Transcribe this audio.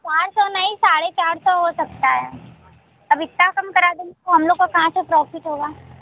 चार सौ नहीं साढ़े चार सौ हो सकता है अब इतना कम करा देंगी तो हम लोग को कहाँ से प्रोफिट होगा